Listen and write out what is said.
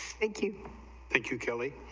think you think you tell it,